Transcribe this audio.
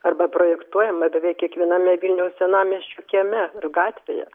arba projektuojama beveik kiekviename vilniaus senamiesčio kieme ir gatvėje